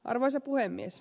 arvoisa puhemies